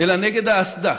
אלא נגד האסדה.